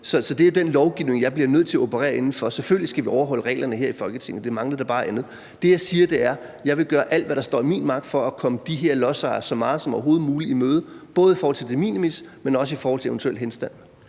Så det er jo den lovgivning, jeg bliver nødt til at operere inden for. Selvfølgelig skal vi overholde reglerne her i Folketinget; det manglede da bare andet. Det, jeg siger, er: Jeg vil gøre alt, hvad der står i min magt, for at komme de her lodsejere så meget som overhovedet muligt i møde, både i forhold til de minimis, men også i forhold til eventuel henstand.